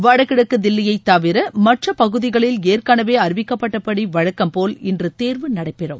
வடகிழக்கு தில்லியை தவிர மற்ற பகுதிகளில் ஏற்கெனவே அறிவிக்கப்பட்டபடி வழக்கம் போல் இன்று தேர்வு நடைபெறும்